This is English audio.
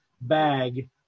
bag